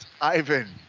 Ivan